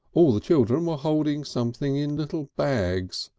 all the children were holding something in little bags,